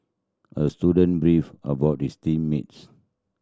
the student beefed about his team mates